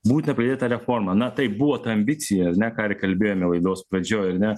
būtina pradėt tą reformą na taip buvo ta ambicija ar ne ką ir kalbėjome laidos pradžioj ar ne